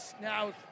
now